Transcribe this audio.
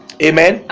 Amen